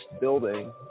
building